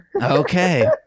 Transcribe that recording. Okay